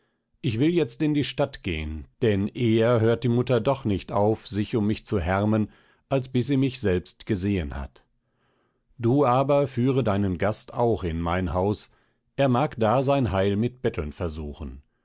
ich will jetzt in die stadt gehen denn eher hört die mutter doch nicht auf sich um mich zu härmen als bis sie mich selbst gesehen hat du aber führe deinen gast auch in mein haus er mag da sein heil mit betteln versuchen